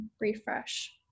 refresh